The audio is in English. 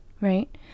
right